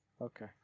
Okay